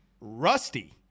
rusty